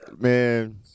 man